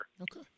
Okay